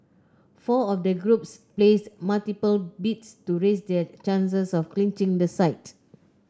four of the groups placed multiple bids to raise their chances of clinching the site